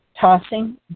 tossing